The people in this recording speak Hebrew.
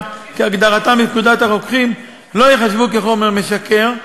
כהגדרתם בפקודת הרוקחים לא ייחשבו לחומר משכר,